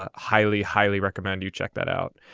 ah highly highly recommend you check that out.